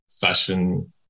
fashion